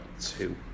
two